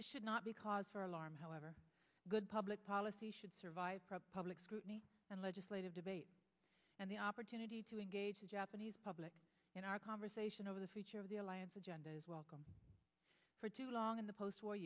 this should not be cause for alarm however good public policy should survive public scrutiny and legislative debate and the opportunity to engage the japanese public in our conversation over the future of the alliance agenda is welcome for too long in the post war